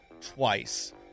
twice